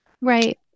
Right